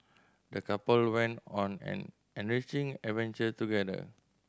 the couple went on an enriching adventure together